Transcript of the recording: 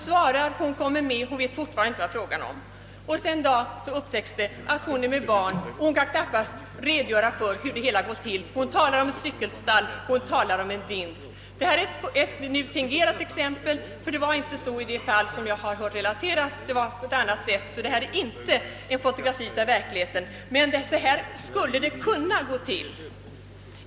Flickan kommer med och hon vet fortfarande inte vad det är fråga om. En dag upptäcks det att hon väntar barn, och hon kan knappast redogöra för hur det har gått till. Hon talar om ett cykel :stall och om en vind. Detta är ett fingerat exempel, och det var inte på det sättet i det fall som jag har hört relateras. Men så skulle det kunna gå till.